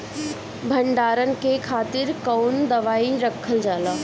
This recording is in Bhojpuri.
भंडारन के खातीर कौन दवाई रखल जाला?